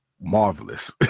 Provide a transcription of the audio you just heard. marvelous